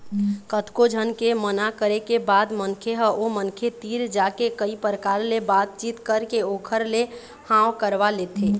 कतको झन के मना करे के बाद मनखे ह ओ मनखे तीर जाके कई परकार ले बात चीत करके ओखर ले हाँ करवा लेथे